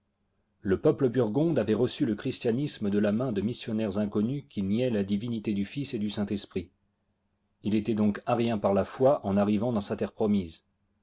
le peuple burgonde avait reçu le christianisme de la main de missionaires inconnus qui niaient la divinité du fils et du saint-esprit il était donc arien par la foi en arrivant dans sa terre promise